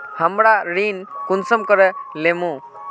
हमरा ऋण कुंसम करे लेमु?